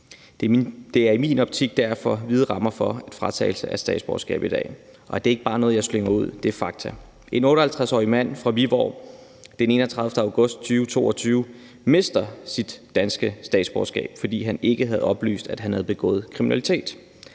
Der er i min optik derfor vide rammer for fratagelse af statsborgerskab i dag. Det er ikke bare noget, jeg slynger ud. Det er fakta. D. 31. august 2022 mistede en 58-årig mand fra Viborg sit danske statsborgerskab, fordi han ikke havde oplyst, at han havde begået kriminalitet.